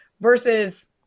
versus